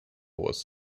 was